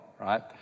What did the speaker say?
right